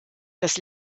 das